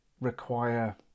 require